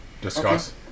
discuss